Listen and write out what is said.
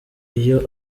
iyo